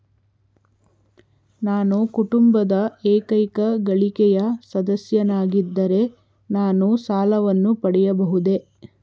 ನಾನು ಕುಟುಂಬದ ಏಕೈಕ ಗಳಿಕೆಯ ಸದಸ್ಯನಾಗಿದ್ದರೆ ನಾನು ಸಾಲವನ್ನು ಪಡೆಯಬಹುದೇ?